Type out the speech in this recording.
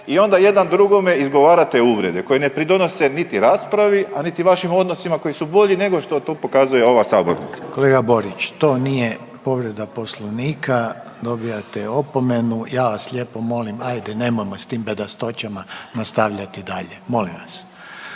i onda jedan drugome izgovarat uvrede koje ne pridonose niti raspravi, a niti vašim odnosima koji su bolji nego što to pokazuje ova sabornica. **Reiner, Željko (HDZ)** Kolega Borić to nije povreda Poslovnika, dobijate opomenu, ja vas lijepo molim ajde nemojmo s tim bedastoćama nastavljati dalje, molim vas.